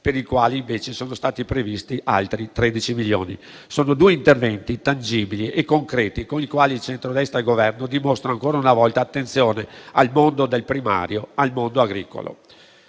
per il quale invece sono stati previsti altri 13 milioni: sono due interventi tangibili e concreti, con i quali il centrodestra e il Governo dimostrano ancora una volta attenzione al mondo del settore primario, il mondo agricolo.